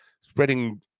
spreading